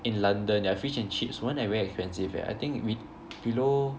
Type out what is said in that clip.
in London their fish and chips weren't like very expensive leh I think we below